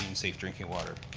um safe drinking water.